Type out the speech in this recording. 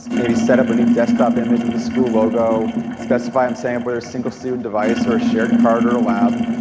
maybe set up a new desktop image with the school logo. specify i'm setting up whether a single student device or a shared cart or a lab.